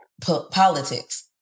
politics